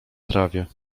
trawie